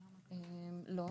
לא.